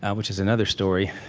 ah which is another story.